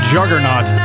Juggernaut